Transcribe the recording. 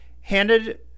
handed